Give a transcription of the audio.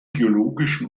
geologischen